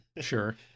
Sure